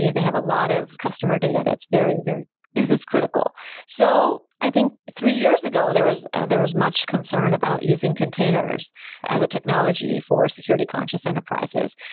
you know they have a lot of customer data that's very, very business-critical so i think three years ago, there was there was much concern about using containers as a technology for security conscious enterprises.